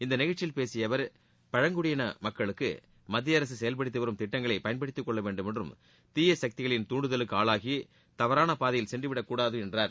இந்த நிகழ்ச்சியில் பேசிய அவர் பழங்குடியின மக்களுக்கு மத்திய அரசு செயல்படுத்திவரும் திட்டங்களை பயன்படுத்திக்கொள்ள வேண்டும் என்றும் தீய சக்திகளின் தூண்டுதலுக்கு ஆளாகி தவறான பாதையில் சென்றுவிடக்கூடாது என்றார்